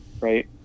right